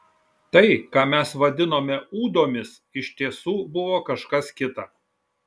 tai ką mes vadinome ūdomis iš tiesų buvo kažkas kita